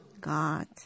God